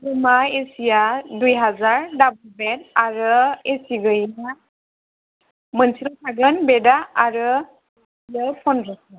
रुमा एसिया दुइ हाजार डाबल बेड आरो एसि गैयैआ मोनसेल' थागोन बेडआ आरो बियो फन्द्रस'